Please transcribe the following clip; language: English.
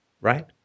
Right